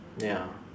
ya